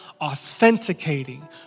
authenticating